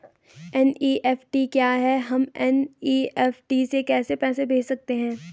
NEFT क्या है हम एन.ई.एफ.टी से कैसे पैसे भेज सकते हैं?